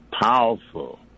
powerful